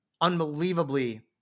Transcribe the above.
unbelievably